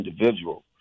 individual